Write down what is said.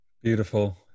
beautiful